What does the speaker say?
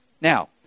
Now